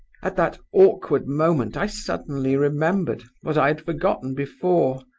at that awkward moment i suddenly remembered, what i had forgotten before,